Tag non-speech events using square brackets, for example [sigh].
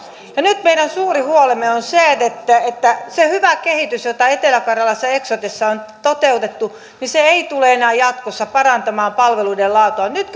ja nyt meidän suuri huolemme on se että se hyvä kehitys jota etelä karjalassa eksotessa on toteutettu ei tule enää jatkossa parantamaan palveluiden laatua nyt [unintelligible]